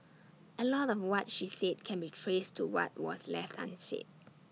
A lot of what she said can be traced to what was left unsaid